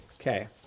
Okay